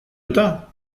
eta